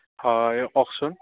হয় কওকচোন